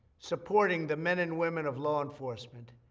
supporting the men and women of law enforcement,